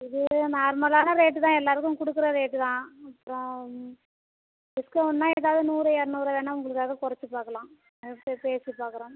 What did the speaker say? இது நார்மலான ரேட்டு தான் எல்லாருக்கும் கொடுக்குற ரேட்டு தான் அப்புறம் டிஸ்கவுண்ட்னா எதாவது நூறு இரநூறு வேணா உங்களுக்காக குறைச்சி பார்க்கலாம் அது போய் பேசி பார்க்குறோம்